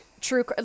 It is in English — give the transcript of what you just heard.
True